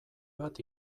bat